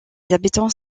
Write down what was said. habitants